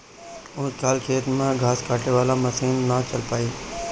ऊंच खाल खेत में घास काटे वाला मशीन ना चल पाई